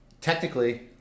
technically